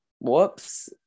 Whoops